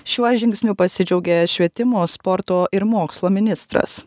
šiuo žingsniu pasidžiaugė švietimo sporto ir mokslo ministras